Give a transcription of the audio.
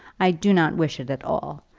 i do not wish it at all.